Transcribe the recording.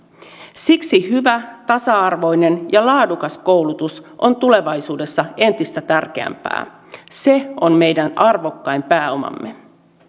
siksi hyvä tasa arvoinen ja laadukas koulutus on tulevaisuudessa entistä tärkeämpää se on meidän arvokkain pääomamme